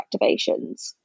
activations